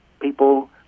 people